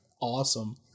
Awesome